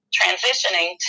transitioning